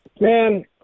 Man